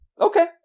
okay